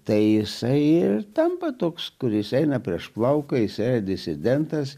tai jisai tampa toks kuris eina prieš plauką disidentas